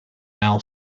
now